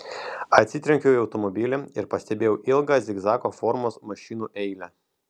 atsitrenkiau į automobilį ir pastebėjau ilgą zigzago formos mašinų eilę